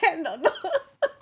or not